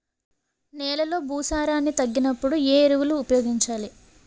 నెలలో భూసారాన్ని తగ్గినప్పుడు, ఏ ఎరువులు ఉపయోగించాలి?